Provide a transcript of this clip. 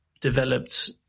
developed